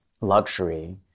luxury